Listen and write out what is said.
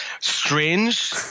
strange